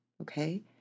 okay